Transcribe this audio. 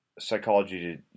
psychology